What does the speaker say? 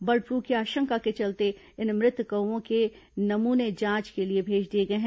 bird flu की आशंका के चलते इन मृत कौवों के नमूने जांच के लिए भेज दिए गए हैं